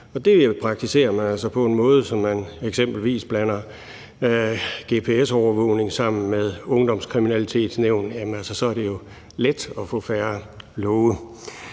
det praktiserer man altså på en måde, hvor man eksempelvis blander gps-overvågning sammen med Ungdomskriminalitetsnævnet. Altså, så er det jo let at få færre love.